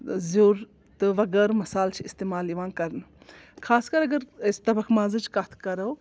زیُر تہٕ وغٲر مصالہٕ چھِ اِستعمال یِوان کَرنہٕ خاص کَرر اگر أسۍ تَبَکھ مازٕچ کَتھ کَرو